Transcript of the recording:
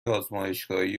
آزمایشگاهی